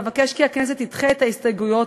ואבקש כי הכנסת תדחה את ההסתייגויות